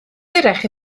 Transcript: hwyrach